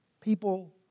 people